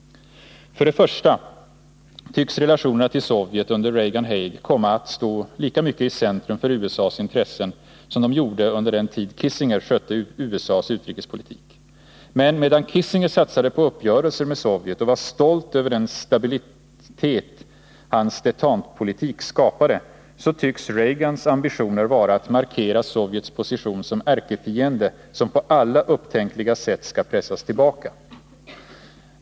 1. Relationerna till Sovjet tycks under Reagan-Haig komma att stå lika mycket i centrum för USA:s intresse som de gjorde under den tid Kissinger skötte USA:s utrikespolitik. Men medan Kissinger satsade på uppgörelser med Sovjet och var stolt över den stabilitet hans détentepolitik skapade, så tycks Reagans ambitioner vara att markera Sovjets position som ärkefienden som på alla upptänkliga sätt skall pressas tillbaka.